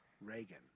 Reagan